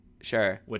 Sure